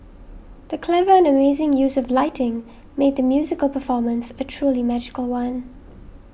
the clever and amazing use of lighting made the musical performance a truly magical one